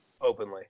openly